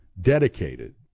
dedicated